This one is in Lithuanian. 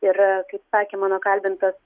ir kaip sakė mano kalbintas